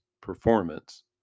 performance